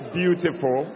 beautiful